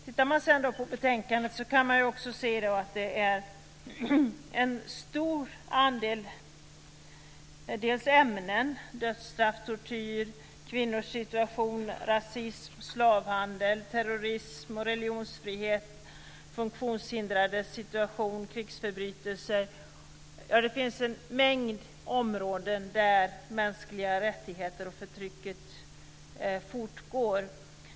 Tittar man på betänkandet så kan man se att det innehåller en stor andel ämnen: dödsstraff, tortyr, kvinnors situation, rasism, slavhandel, terrorism, religionsfrihet, funktionshindrades situation och krigsförbrytelser. Det finns en mängd områden där mänskliga rättigheter saknas och förtrycket fortgår.